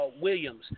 Williams